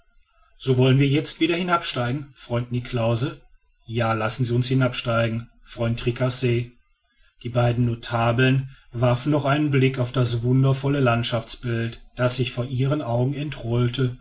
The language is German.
so wollen wir jetzt wieder hinabsteigen freund niklausse ja lassen sie uns hinabsteigen freund tricasse die beiden notabeln warfen noch einen blick auf das wundervolle landschaftsbild das sich vor ihren augen entrollte